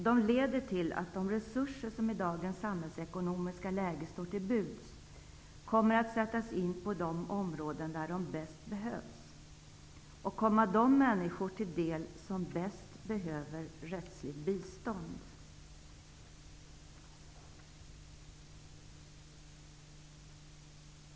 De leder till att de resurser som i dagens samhällsekonomiska läge står till buds kommer att sättas in på de områden där de bäst behövs och komma de människor till del som bäst behöver rättsligt bistånd.